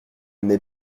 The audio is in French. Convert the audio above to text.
met